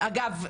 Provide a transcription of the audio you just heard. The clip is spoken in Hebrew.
אגב,